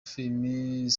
filimi